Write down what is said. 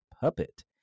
Puppet